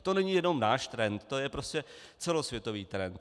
To není jenom náš trend, to je prostě celosvětový trend.